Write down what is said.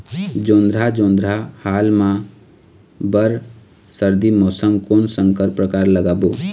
जोंधरा जोन्धरा हाल मा बर सर्दी मौसम कोन संकर परकार लगाबो?